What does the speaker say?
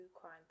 crime